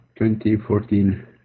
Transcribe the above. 2014